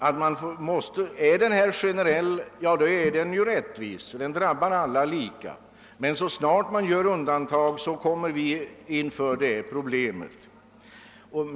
är denna avgift generell, så är den också rättvis; den drabbar alla lika. Men så snart man gör undantag, uppstår detta problem.